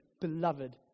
beloved